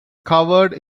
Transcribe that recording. covered